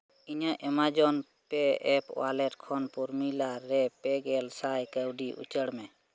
ᱤᱧᱟᱹᱜ Amazon Pay app wallet ᱠᱷᱚᱱ ᱯᱨᱚᱢᱤᱞᱟ ᱨᱮ ᱯᱮᱜᱮᱞ ᱥᱟᱭ ᱠᱟᱹᱣᱰᱤ ᱩᱪᱟᱹᱲ ᱢᱮ